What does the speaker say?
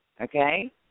okay